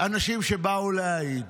אנשים שבאו להעיד.